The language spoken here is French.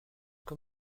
quoi